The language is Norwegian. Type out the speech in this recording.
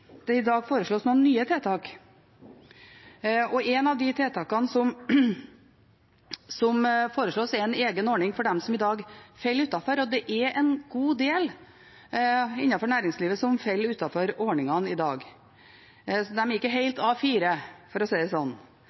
det i dag foreslås noen nye tiltak. Et av de tiltakene som foreslås, er en egen ordning for dem som i dag faller utenfor. Det er en god del innenfor næringslivet som faller utenfor ordningene i dag – de er ikke helt A4, for å si det